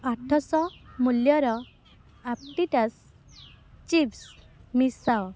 ଆଠଶହ ମୂଲ୍ୟର ଆପ୍ପିଟାସ୍ ଚିପ୍ସ୍ ମିଶାଅ